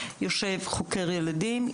יושב חוקר ילדים,